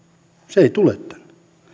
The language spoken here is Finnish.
se ei tule tänne